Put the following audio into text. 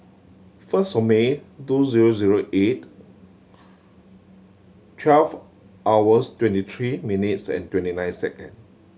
first of May two zero zero eight twelve hours twenty three minutes and twenty nine second